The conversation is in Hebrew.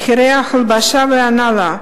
מחירי ההלבשה וההנעלה,